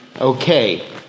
Okay